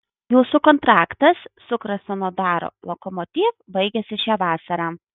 jūsų kontraktas su krasnodaro lokomotiv baigiasi šią vasarą